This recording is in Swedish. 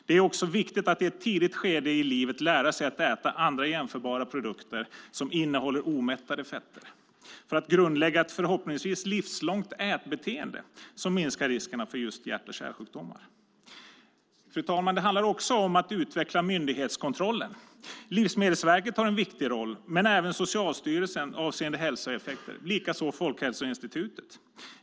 Det är också viktigt att i ett tidigt skede i livet lära sig äta andra jämförbara produkter som innehåller omättade fetter för att grundlägga ett förhoppningsvis livslångt ätbeteende som minskar riskerna för hjärt och kärlsjukdomar. Det handlar också om att utveckla myndighetskontrollen. Livsmedelsverket har en viktig roll avseende hälsoeffekter, och det har även Socialstyrelsen och Folkhälsoinstitutet.